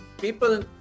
people